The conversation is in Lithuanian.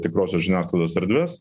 tikrosios žiniasklaidos erdvės